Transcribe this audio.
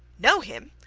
know him!